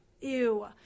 ew